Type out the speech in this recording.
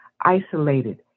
isolated